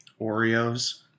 Oreos